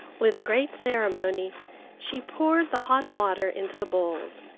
with great ceremony she poured the hot water into the bowls,